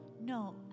No